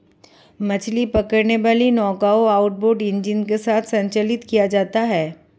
मछली पकड़ने वाली नौकाओं आउटबोर्ड इंजन के साथ संचालित किया जाता है